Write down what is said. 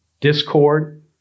discord